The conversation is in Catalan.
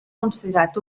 considerat